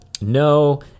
No